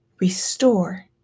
restore